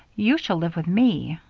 you shall live with me.